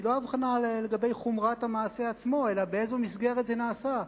שהיא לא הבחנה לגבי חומרת המעשה עצמו אלא באיזו מסגרת זה נעשה.